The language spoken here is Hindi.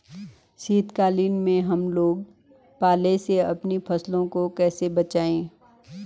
शीतकालीन में हम लोग पाले से अपनी फसलों को कैसे बचाएं?